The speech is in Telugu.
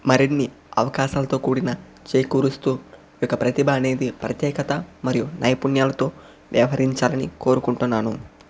మరిన్నీ అవకాశాలతో కూడిన చేకూరుస్తు ఈ యొక్క ప్రతిభ అనేది ప్రత్యేక మరియు నైపుణ్యాలతో వ్యవహరించాలని కోరుకుంటున్నాను